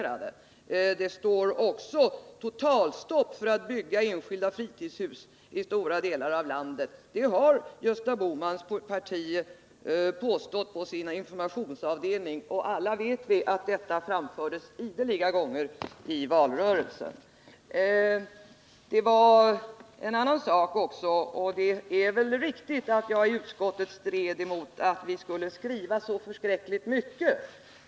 11 december 1979 Det står också: ”Totalstopp för att bygga enskilda fritidshus i stora delar av landet.” Det har informationsavdelningen i Gösta Bohmans parti påstått. Den fysiska riks Alla vet att detta ideligen framfördes i valrörelsen. planeringen Det är riktigt att jag i utskottet stred emot att vi skulle skriva så förskräckligt mycket.